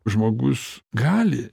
žmogus gali